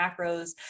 macros